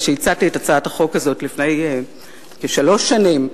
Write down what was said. כשהצעתי את הצעת החוק הזאת לפני כשלוש שנים,